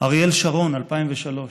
אריאל שרון, 2003: